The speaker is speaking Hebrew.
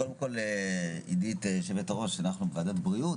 קודם כל עידית יושבת הראש אנחנו בוועדת בריאות